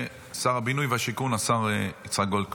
שר הבינוי והשיכון, השר יצחק גולדקנופ.